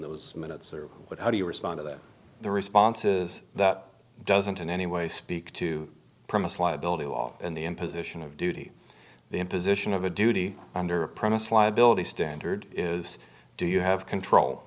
those minutes but how do you respond to that the response is that doesn't in any way speak to promise liability law and the imposition of duty the imposition of a duty under a promise liability standard is do you have control